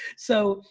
so,